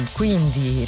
quindi